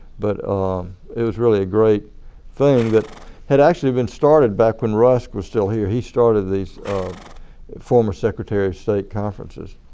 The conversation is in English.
but it was really a great thing that had actually been started back when rusk was still here. he started these former secretary of state conferences.